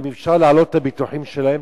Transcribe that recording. אם אפשר להעלות את הביטוחים שלהם,